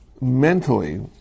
mentally